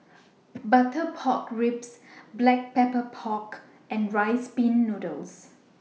Butter Pork Ribs Black Pepper Pork and Rice Pin Noodles